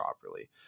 properly